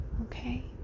okay